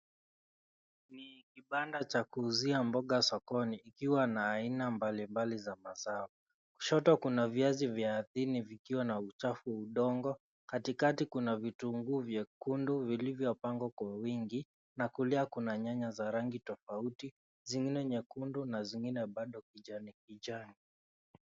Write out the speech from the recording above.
Ni kibanda cha kuuzia mboga sokoni ikiwa na aina mbalimbali za mazao. Kushoto kuna viazi vya ardhini vikiwa na uchafu wa udongo. Katikati kuna vitunguu vyekundu vilivyopangwa kwa wingi na kulia kuna nyanya za rangi tofauti, zingine nyekundu na zingine bado kijani kijani.